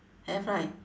have right